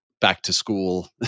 back-to-school